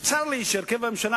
וצר לי שבהרכבת הממשלה,